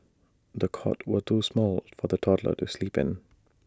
the cot was too small for the toddler to sleep in